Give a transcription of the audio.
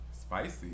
spicy